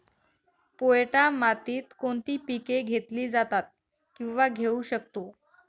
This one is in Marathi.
पोयटा मातीत कोणती पिके घेतली जातात, किंवा घेऊ शकतो?